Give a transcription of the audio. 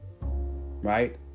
Right